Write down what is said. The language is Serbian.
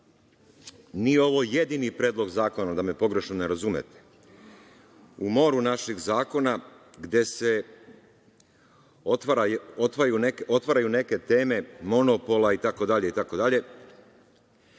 nije ovo jedini predlog zakona, da me pogrešno ne razumete, u moru naših zakona gde se otvaraju neke teme monopola itd, itd.